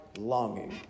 longing